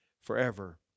forever